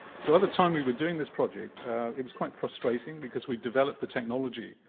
so at the time we were doing this project it was quite frustrating because we developed the technology.